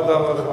ועדה.